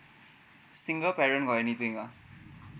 single parent got anything ah